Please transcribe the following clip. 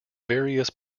various